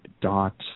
dot